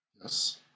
Yes